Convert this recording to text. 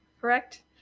correct